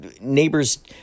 neighbors